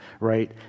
right